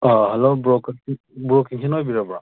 hello bro bro ꯀꯤꯡꯁꯟ ꯑꯣꯏꯕꯤꯔꯕꯣ